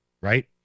right